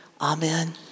Amen